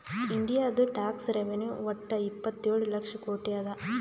ಇಂಡಿಯಾದು tax revenue ವಟ್ಟ ಇಪ್ಪತ್ತೇಳು ಲಕ್ಷ ಕೋಟಿ ಅದಾ